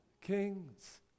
Kings